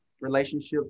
relationships